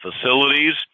facilities